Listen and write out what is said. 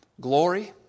Glory